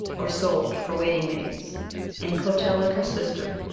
or sold for waiting-maids and clotel, like her sister,